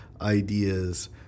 ideas